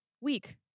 Week